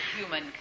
human